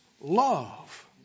love